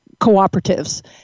cooperatives